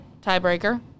Tiebreaker